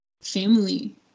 family